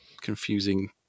confusing